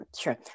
Sure